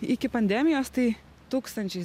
iki pandemijos tai tūkstančiais